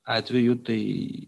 atveju tai